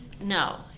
no